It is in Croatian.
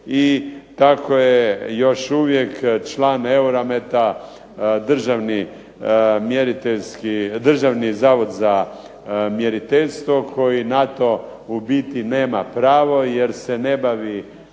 i tako je još uvijek član EUROMETA Državni zavod za mjeriteljstvo koji na to u biti nema pravo jer se ne bavi